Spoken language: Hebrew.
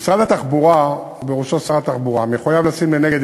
משרד התחבורה ובראשו שר התחבורה מחויב לשים לנגד